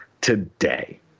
today